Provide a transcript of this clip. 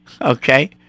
Okay